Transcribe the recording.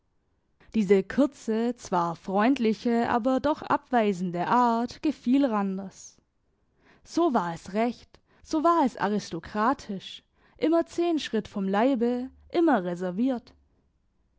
diese kurze zwar freundliche aber doch abweisende art gefiel randers so war es recht so war es aristokratisch immer zehn schritt vom leibe immer reserviert